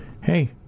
hey